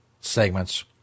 segments